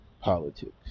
politics